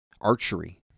archery